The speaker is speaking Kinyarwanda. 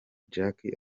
jackie